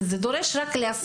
זה רק דורש להסמיך